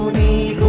the